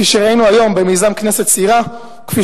כפי שראינו היום במיזם "כנסת צעירה" וכפי